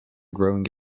growing